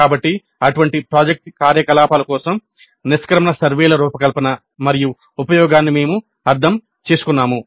కాబట్టి అటువంటి ప్రాజెక్ట్ కార్యకలాపాల కోసం నిష్క్రమణ సర్వేల రూపకల్పన మరియు ఉపయోగాన్ని మేము అర్థం చేసుకున్నాము